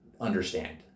understand